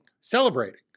celebrating